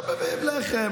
עכשיו מביאים לחם.